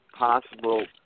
Possible